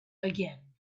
again